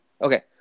Okay